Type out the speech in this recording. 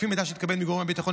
לפי מידע שהתקבל מגורמי הביטחון,